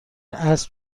اسب